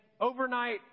overnight